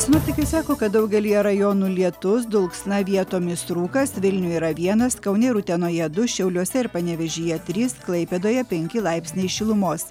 sinoptikai sako kad daugelyje rajonų lietus dulksna vietomis rūkas vilniuj yra vienas kaune ir utenoje du šiauliuose ir panevėžyje trys klaipėdoje penki laipsniai šilumos